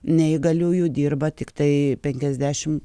neįgaliųjų dirba tiktai penkiasdešim